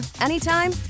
anytime